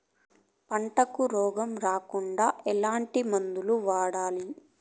పంటకు రోగం రాకుండా ఎట్లాంటి మందులు వాడాలి?